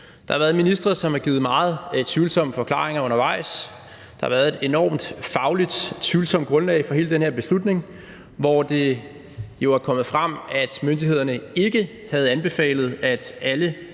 Der har været ministre, som har givet meget tvivlsomme forklaringer undervejs. Der har været et fagligt enormt tvivlsomt grundlag for hele den her beslutning, hvor det jo er kommet frem, at myndighederne ikke havde anbefalet, at alle